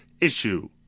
issue